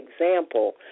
example